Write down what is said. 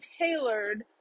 tailored